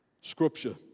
Scripture